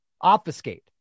Obfuscate